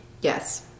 Yes